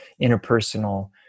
interpersonal